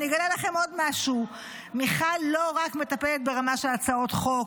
אני אגלה לכם עוד משהו: מיכל לא רק מטפלת ברמה של הצעות חוק,